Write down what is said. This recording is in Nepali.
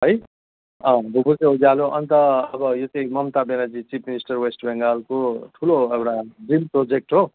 है अँ भुकभुके उज्यालो अन्त अब यो चाहिँ Mamata Banerjee chief minister west बेङ्गालको ठुलो एउटा ड्रिम प्रोजेक्ट हो